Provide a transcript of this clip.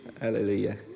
hallelujah